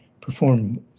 perform